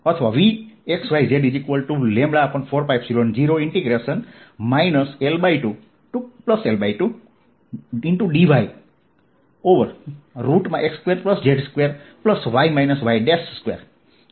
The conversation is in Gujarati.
અહીં મારે થોડા નોટેશન બદલવા પડશે